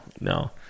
no